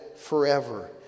Forever